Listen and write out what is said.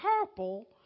purple